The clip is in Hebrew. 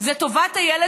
זה טובת הילד